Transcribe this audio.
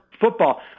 football